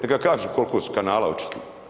Neka kažu koliko su kanala očistili.